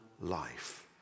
life